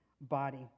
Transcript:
body